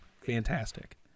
Fantastic